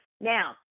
Now